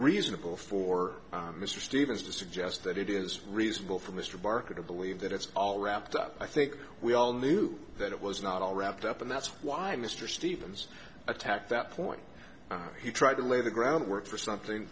reasonable for mr stevens to suggest that it is reasonable for mr barker to believe that it's all wrapped up i think we all knew that it was not all wrapped up and that's why mr stevens attacked that point he tried to lay the groundwork for something